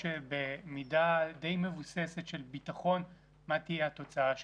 במידה די מבוססת של ביטחון מה תהיה התוצאה שלה.